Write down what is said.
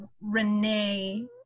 Renee